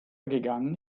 gegangen